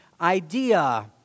idea